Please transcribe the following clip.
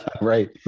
right